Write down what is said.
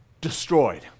destroyed